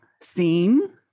seen